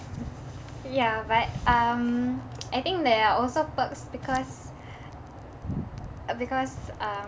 ya but um I think there are also perks because uh because um